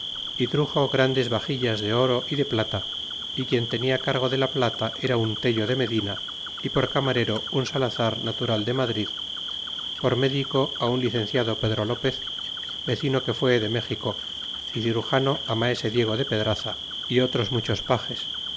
truxo grandes baxidas de oro y de plata y quien tenia cargo de la plata era un ten de medina y por camarero un salazar natural de madrid por médico it un licenciado pedro lopez vecino que fué de méxico y cirujano maese diego de pedraza y otros muchos pages